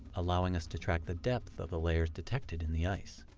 allowing us to track the depth of the layers detected in the ice.